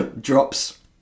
drops